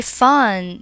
fun